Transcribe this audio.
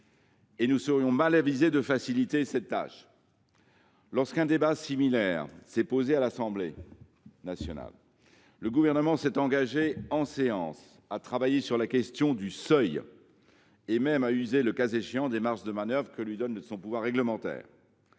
et nous serions mal avisés de faciliter cette tendance. Lors d’un débat similaire à l’Assemblée nationale, le Gouvernement s’est engagé, en séance publique, à travailler sur la question du seuil et même à user, le cas échéant, des marges de manœuvre que lui donne son pouvoir réglementaire.